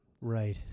right